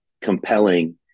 compelling